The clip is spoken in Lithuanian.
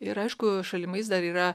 ir aišku šalimais dar yra